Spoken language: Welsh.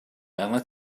arnat